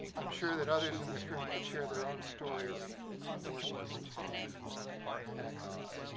i'm sure that others in this room could share their own stories of working to expand access.